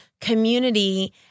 community